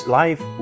life